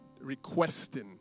requesting